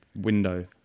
window